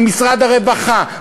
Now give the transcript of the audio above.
ממשרד הרווחה,